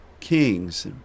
kings